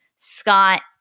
Scott